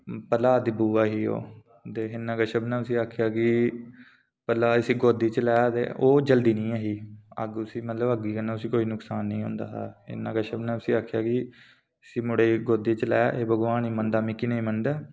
ते प्रह्लाद दी बुआ ही ओह् हिरणाकश्यप ने उसी आक्खेआ कि भला इसी गोदी च लै ते ओह् जलदी नेईं ही मतलब उसी अग्गी कन्नै कोई नुक्सान नेईं हा होंदा